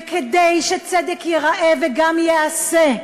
וכדי שצדק ייראה וגם ייעשה,